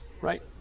Right